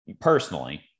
personally